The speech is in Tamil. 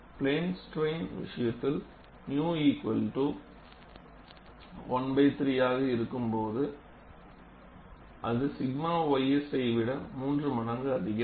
பிளேன் ஸ்ட்ரைன் விஷயத்தில்𝝼 1 3 ஆக இருக்கும்போது அது 𝛔 ys ஐ விட மூன்று மடங்கு அதிகம்